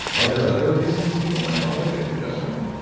are there other reasons people might want to look at progesterone?